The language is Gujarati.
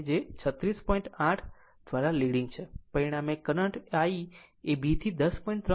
8 o દ્વારા લીડીગ છે અને પરિણામે કરંટ I એ b થી 10